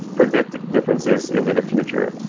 predict differences into the future,